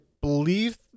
believe